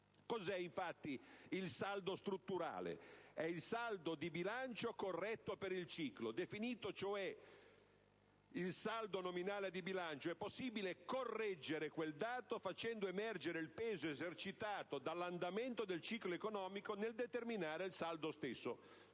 Cos'è, infatti, il saldo strutturale? È il saldo di bilancio corretto per il ciclo. Definito, cioè, il saldo nominale di bilancio, è possibile correggerlo facendo emergere il peso esercitato dall'andamento del ciclo economico nel determinare il saldo stesso.